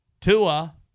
Tua